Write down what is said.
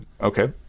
okay